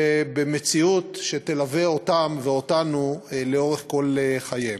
ובמציאות שתלווה אותן ואותנו לאורך כל חייהן.